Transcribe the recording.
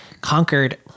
conquered